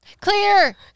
Clear